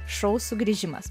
šou sugrįžimas